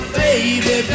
baby